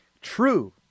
True